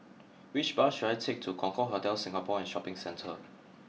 which bus should I take to Concorde Hotel Singapore and Shopping Centre